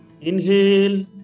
Inhale